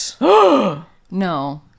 No